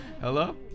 Hello